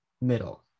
Middle